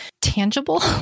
tangible